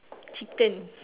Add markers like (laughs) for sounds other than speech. chicken (laughs)